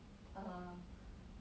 err